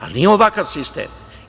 Ali nije ovakav sistem.